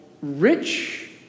rich